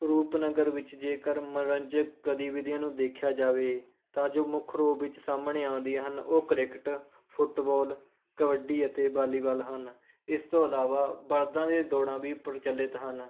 ਰੂਪਨਗਰ ਵਿੱਚ ਜੇਕਰ ਮੰਨੋਰੰਜਕ ਗਤੀਵਿਧੀਆਂ ਨੂੰ ਦੇਖਿਆ ਜਾਵੇ ਤਾਂ ਜੋ ਮੁੱਖ ਰੂਪ ਵਿੱਚ ਸਾਹਮਣੇ ਆਉਂਦੀਆਂ ਹਨ ਉਹ ਕ੍ਰਿਕਟ ਫੁੱਟਬਾਲ ਕਬੱਡੀ ਅਤੇ ਵਾਲੀਬਾਲ ਹਨ ਇਸ ਤੋਂ ਇਲਾਵਾ ਬਲ਼ਦਾਂ ਦੀ ਦੌੜਾਂ ਵੀ ਪ੍ਰਚਲਿਤ ਹਨ